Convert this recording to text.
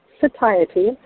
satiety